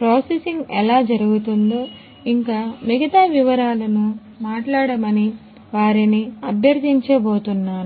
processing ఎలా జరుగుతోందిఇంకా మిగతా వివరాలను మాట్లాడమని వారిని అభ్యర్థించబోతున్నాను